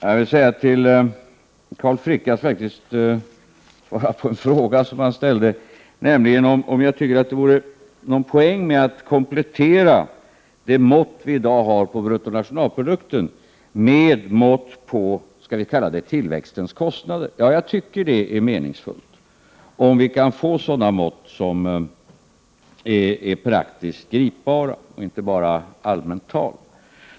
Jag vill svara på en fråga som Carl Frick ställde, nämligen om jag tycker att det vore någon poäng med att komplettera det mått vi i dag har på bruttonationalprodukten med ett mått på vad vi kan kalla tillväxtens kostnader. Ja, jag tycker det är meningsfullt om vi kan få sådana mått som blir praktiskt gripbara och inte bara allmänt tal.